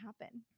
happen